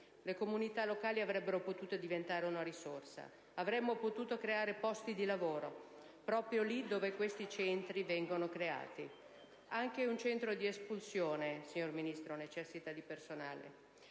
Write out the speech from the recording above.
Le comunità locali avrebbero potuto diventare una risorsa, avremmo potuto creare posti di lavoro proprio lì dove questi centri vengono creati. Anche un centro di espulsione necessita di personale.